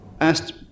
asked